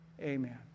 amen